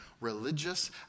religious